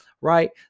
right